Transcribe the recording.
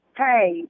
hey